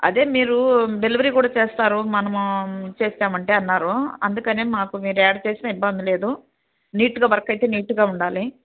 అదే మీరు డెలివరీ కూడా చేస్తారు మనము ఇచ్చేశామంటే అన్నారు అందుకనే మాకు మీరు ఎక్కడ చేసినా ఇబ్బంది లేదు నీట్గా వర్క్ అయితే నీట్గా ఉండాలి